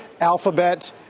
Alphabet